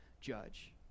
judge